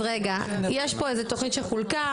אז רגע יש פה איזה תוכנית שחולקה,